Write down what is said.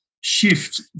shift